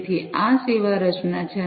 તેથી આ સેવા રચના છે